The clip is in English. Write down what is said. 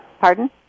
Pardon